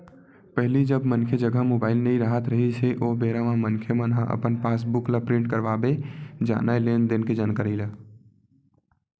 पहिली जब मनखे जघा मुबाइल नइ राहत रिहिस हे ओ बेरा म मनखे मन ह अपन पास बुक ल प्रिंट करवाबे जानय लेन देन के जानकारी ला